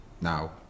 now